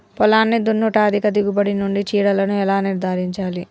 పొలాన్ని దున్నుట అధిక దిగుబడి నుండి చీడలను ఎలా నిర్ధారించాలి?